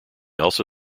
also